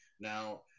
Now –